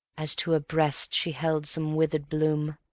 as to her breast she held some withered bloom